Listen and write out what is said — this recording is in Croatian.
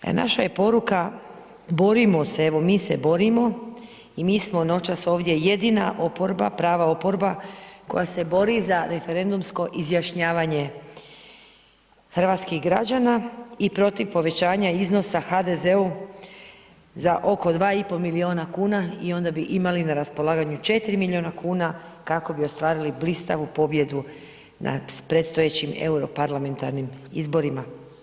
Naša je poruka borimo se, evo mi se borimo i mi smo noćas ovdje jedina oporba, prava oporba koja se bori za referendumsko izjašnjavanje hrvatskih građana i protiv povećanja iznosa HDZ-u za oko 2,5 miliona kuna i onda bi imali na raspolaganju 4 miliona kuna kako bi ostvarili blistavu pobjedu na predstojećim euro parlamentarnim izborima.